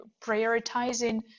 prioritizing